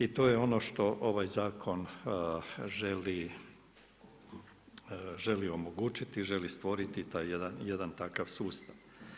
I to je ono što ovaj zakon želi omogućiti, želi stvoriti taj jedan takav sustav.